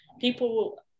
people